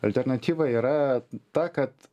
alternatyva yra ta kad